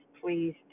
please